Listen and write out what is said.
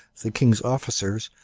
the king's officers,